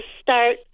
start